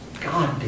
God